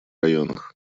районах